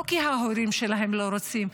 לא כי ההורים שלהם לא רוצים,